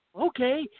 Okay